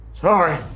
Sorry